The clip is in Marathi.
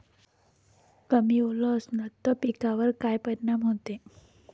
कमी ओल असनं त पिकावर काय परिनाम होते?